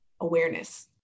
awareness